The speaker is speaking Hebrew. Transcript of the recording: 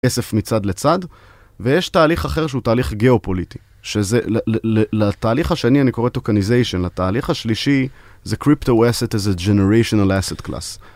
כסף מצד לצד, ויש תהליך אחר שהוא תהליך גאופוליטי. שזה ל... ל... ל... לתהליך השני אני קורא תוקניזיישן, לתהליך השלישי זה crypto asset as a generational asset class.